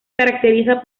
caracteriza